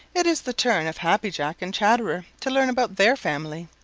it is the turn of happy jack and chatterer to learn about their family.